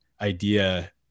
idea